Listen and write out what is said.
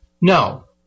No